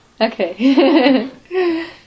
Okay